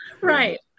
right